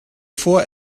vor